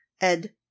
Ed